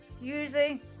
using